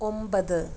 ഒമ്പത്